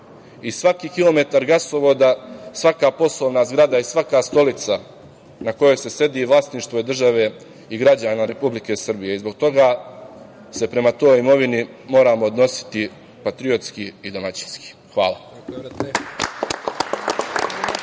Svaki kilometar gasovoda, svaka poslovna zgrada i svaka stolica na kojoj se sedi vlasništvo je države i građana Republike Srbije i zbog toga se prema toj imovini moramo odnositi patriotski i domaćinski. Hvala.